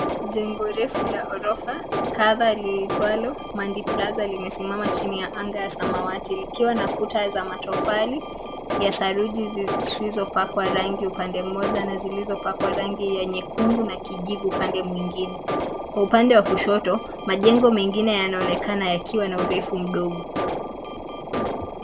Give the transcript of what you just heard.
Jengo refu la ghorofa kadha liliitwalo mandi plaza limesimama chini ya anga ya samawati likiwa na kuta za matofali ya saruji zisizopakwa rangi upande mmoja na zilizopakwa rangi ya nyekundu na kijivu upande mwingine. Kwa upande wa kushoto majengo mengine yanaonekana yakiwa na urefu mdogo.